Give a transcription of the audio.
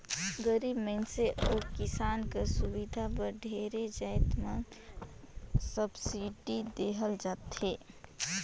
गरीब मइनसे अउ किसान कर सुबिधा बर ढेरे जाएत में सब्सिडी देहल जाथे